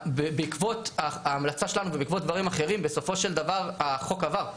בעקבות ההמלצה שלנו ובעקבות דברים אחרים בסופו של דבר החוק עבר,